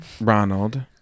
Ronald